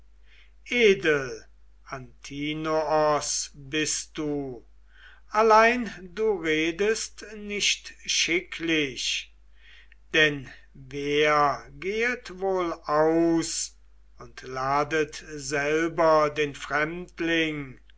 bist du allein du redest nicht schicklich denn wer gehet wohl aus und ladet selber den fremdling